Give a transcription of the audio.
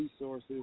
resources